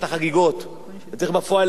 צריך לבצע את זה בפועל.